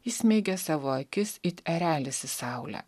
įsmeigia savo akis it erelis į saulę